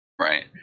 right